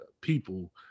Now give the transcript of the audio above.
people